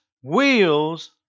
wheels